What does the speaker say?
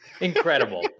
Incredible